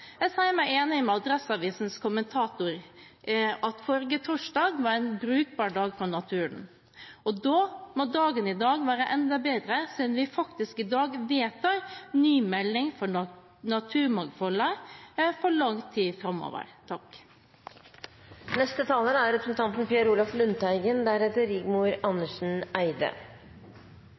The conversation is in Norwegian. Jeg sier meg enig med Adresseavisens kommentator i at forrige torsdag var en brukbar dag for naturen. Og da må dagen i dag være enda bedre siden vi i dag faktisk vedtar ny melding for naturmangfoldet for lang tid framover. Det er viktig med kunnskap om og respekt for naturmangfoldet, og det er